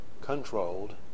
controlled